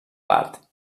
part